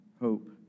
hope